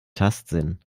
tastsinn